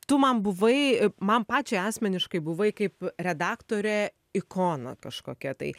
tu man buvai man pačiai asmeniškai buvai kaip redaktorė ikona kažkokia tai